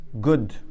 good